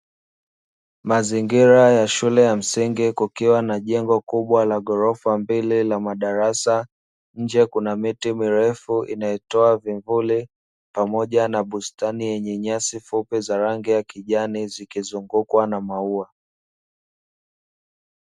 Mazingira ya shule ya msingi kukiwa na jengo kubwa la ghorofa mbili la madarasa, nje kuna miti mirefu inayotoa vivuli pamoja na bustani yenye nyasi fupi za rangi ya kijani zikizungukwa na maua.